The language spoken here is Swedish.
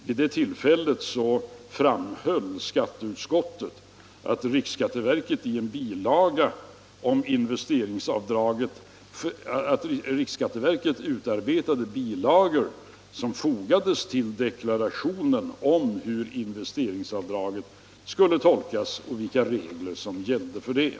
Vid det tillfället framhöll skatteut — Om åtgärder för att skottet att riksskatteverket skulle utarbeta en bilaga att fogas till de — förhindra rättsförklarationsblanketten med anvisningar om hur bestämmelserna för inluster vid investeringsavdraget skulle tolkas och vilka regler som gällde för det.